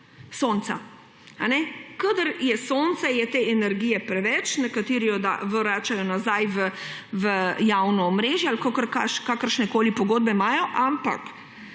sonca. Kadar je sonce, je te energije preveč, nekateri jo vračajo nazaj v javno omrežje ali kakršnekoli pogodbe imajo. Ampak